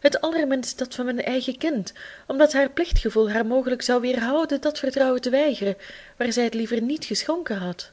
het allerminst dat van mijn eigen kind omdat haar plichtgevoel haar mogelijk zou weerhouden dat vertrouwen te weigeren waar zij het liever niet geschonken had